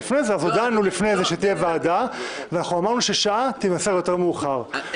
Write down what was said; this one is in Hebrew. אז הודענו לפני כן שתהיה ועדה ואמרנו שהשעה תימסר מאוחר יותר.